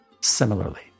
Similarly